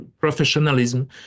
professionalism